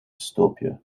stulpje